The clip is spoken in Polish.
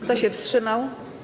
Kto się wstrzymał?